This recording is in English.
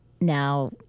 now